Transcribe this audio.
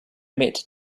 emit